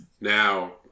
Now